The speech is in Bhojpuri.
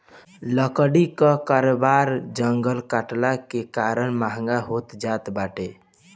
लकड़ी कअ कारोबार जंगल कटला के कारण महँग होत जात बाटे